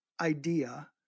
idea